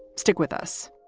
stick with us